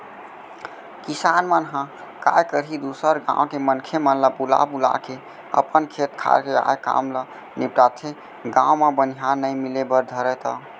किसान मन ह काय करही दूसर गाँव के मनखे मन ल बुला बुलाके अपन खेत खार के आय काम ल निपटाथे, गाँव म बनिहार नइ मिले बर धरय त